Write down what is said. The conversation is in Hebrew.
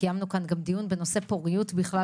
קיימנו כאן גם דיון בנושא פוריות בכלל